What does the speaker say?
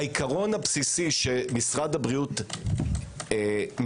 העיקרון הבסיסי שמשרד הבריאות מקבל,